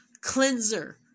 cleanser